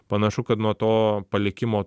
panašu kad nuo to palikimo